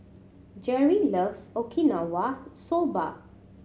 Jerry loves Okinawa Soba